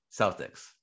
Celtics